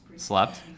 slept